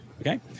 okay